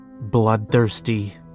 Bloodthirsty